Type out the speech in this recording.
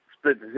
split